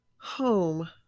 Home